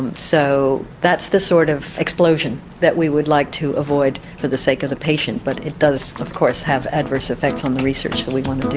and so that's the sort of explosion that we would like to avoid for the sake of the patient but it does of course have adverse effects on the research that we want to do.